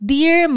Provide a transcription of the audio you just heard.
Dear